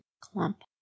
clump